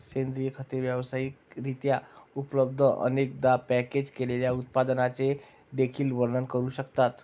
सेंद्रिय खते व्यावसायिक रित्या उपलब्ध, अनेकदा पॅकेज केलेल्या उत्पादनांचे देखील वर्णन करू शकतात